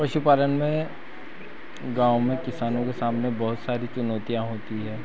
पशुपालन में गाँव में किसानों के सामने बहुत सारी चुनौतियाँ होती हैं